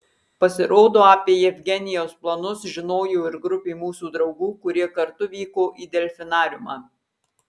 pasirodo apie jevgenijaus planus žinojo ir grupė mūsų draugų kurie kartu vyko į delfinariumą